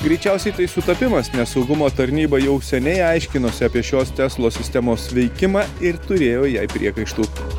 greičiausiai tai sutapimas nes saugumo tarnyba jau seniai aiškinosi apie šios teslos sistemos veikimą ir turėjo jai priekaištų